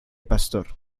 pastor